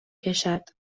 کشد